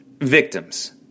victims